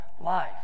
life